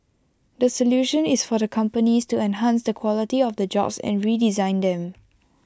the solution is for the companies to enhance the quality of the jobs and redesign them